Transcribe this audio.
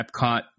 Epcot